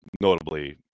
notably